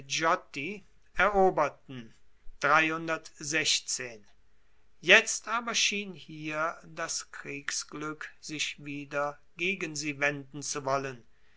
eroberten jetzt aber schien hier das kriegsglueck sich wieder gegen sie wenden zu wollen